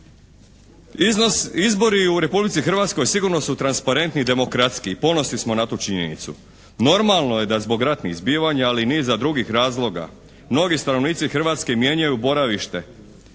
Izbori u Republici Hrvatskoj sigurno su transparentni i demokratski i ponosni smo na tu činjenicu. Normalno je da zbog ratnih zbivanja ali i niza drugih razloga mnogi stanovnici Hrvatske mijenjaju boravište